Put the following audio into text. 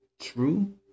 true